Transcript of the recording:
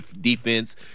defense